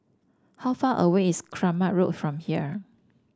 how far away is Kramat Road from here